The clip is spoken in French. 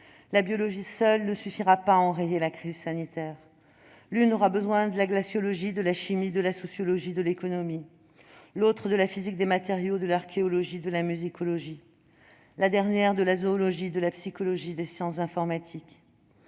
la biologie seule ne suffira pas à enrayer la crise sanitaire. L'une aura besoin de la glaciologie, de la chimie, de la sociologie, de l'économie, l'autre de la physique des matériaux, de l'archéologie et de la musicologie, et, la dernière, de la zoologie, de la psychologie et des sciences informatiques.